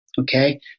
okay